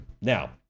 now